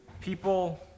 People